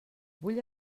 vull